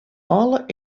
alle